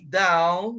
down